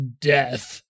death